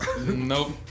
Nope